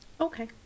Okay